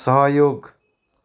सहयोग